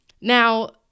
now